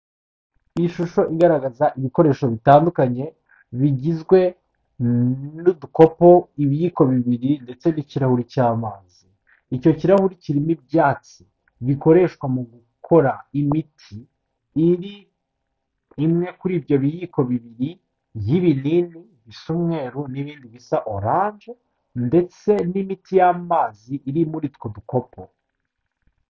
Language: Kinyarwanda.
Iyi shusho igaragaza ibikoresho bitandukanye bigizwe n'udukopo, ibiyiko bibiri ndetse n'ikirahuri cy'amazi, icyo kirahuri kirimo ibyatsi bikoreshwa mu gukora imiti iri imwe kuri ibyo biyiko bibiri y'ibinini bisa umweru n'ibindi bisa oranje, ndetse n'imiti y'amazi iri muri utwo dukopo.